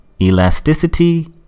Elasticity